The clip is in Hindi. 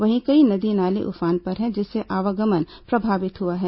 वहीं कई नदी नाले उफान पर हैं जिससे आवागमन प्रभावित हुआ है